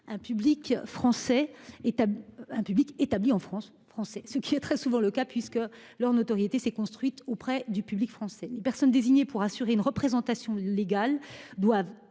un public établi en France, ce qui est très souvent le cas, puisque leur notoriété s'est construite auprès du public français. Les personnes désignées pour assurer une représentation légale doivent